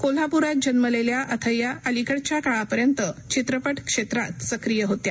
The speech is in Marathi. कोल्हापुरात जन्मलेल्या अथय्या अलिकडच्या काळापर्यंत चित्रप क्षेत्रात सक्रिय होत्या